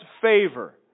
favor